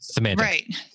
right